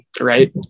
right